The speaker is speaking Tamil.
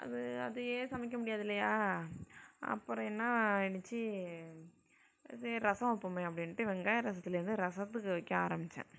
அது அதையே சமைக்க முடியாது இல்லையா அப்புறம் என்ன ஆகிடுச்சி இது ரசம் வைப்போமே அப்படின்ட்டு வெங்காய ரசத்திலேருந்து ரசத்துக்கு வைக்க ஆரம்பித்தேன்